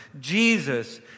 Jesus